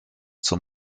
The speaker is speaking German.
zum